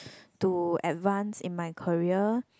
to advance in my career